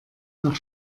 nach